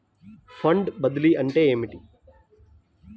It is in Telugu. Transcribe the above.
ఫండ్ బదిలీ అంటే ఏమిటి?